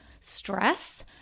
stress